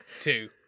two